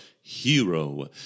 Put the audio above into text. hero